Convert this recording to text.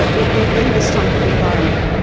ah in this type of environment.